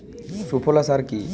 সুফলা সার কি?